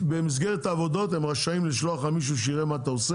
במסגרת העבודות הם רשאים לשלוח משיהו שיראה מה אתה עושה.